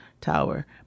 Tower